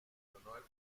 verläuft